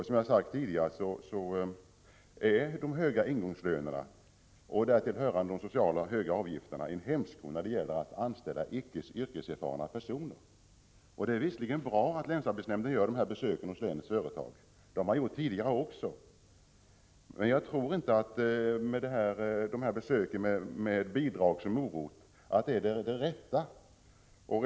Som jag tidigare har sagt är de höga ingångslönerna, och således även de höga sociala avgifterna, en hämsko när det gäller att anställa icke yrkeserfarna personer. Det är visserligen bra att man från länsarbetsnämndens sida besöker länets företag, men det har man ju gjort tidigare. Jag tror dock inte att det är en riktig lösning att låta bidragen utgöra en ”morot”.